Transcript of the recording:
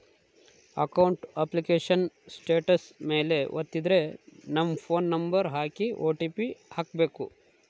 account application status ಮೇಲೆ ವತ್ತಿದ್ರೆ ನಮ್ ಫೋನ್ ನಂಬರ್ ಹಾಕಿ ಓ.ಟಿ.ಪಿ ಹಾಕ್ಬೆಕು